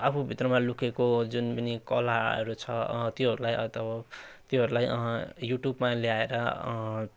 आफू भित्रमा लुकेको जुन पनि कलाहरू छ त्योहरूलाई अथवा त्योहरूलाई युट्युबमा ल्याएर